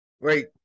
Wait